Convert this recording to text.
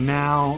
now